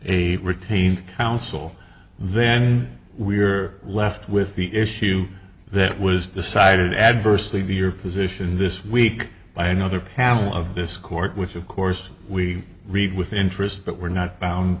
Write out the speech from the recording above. retained counsel then we are left with the issue that was decided adversely your position this week by another panel of this court which of course we read with interest but we're not bound